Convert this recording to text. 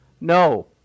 No